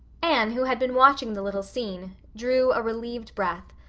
anne, who had been watching the little scene, drew a relieved breath.